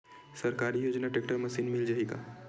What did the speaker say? सरकारी योजना tractor machine मिल जाही का?